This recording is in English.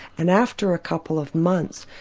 and after a couple of months,